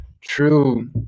true